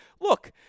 look